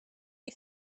you